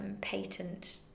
patent